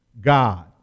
God